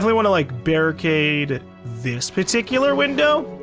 want to like barricade this particular window.